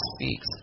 speaks